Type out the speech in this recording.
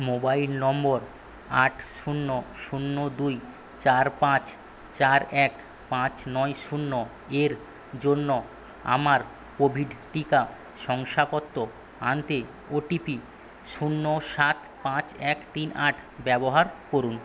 mobile নম্বর আট শূন্য শূন্য দুই চার পাঁচ চার এক পাঁচ নয় শূন্য এর জন্য আমার কোভিড টিকা শংসাপত্র আনতে ও টি পি শূন্য সাত পাঁচ এক তিন আট ব্যবহার করুন